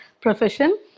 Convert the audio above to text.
profession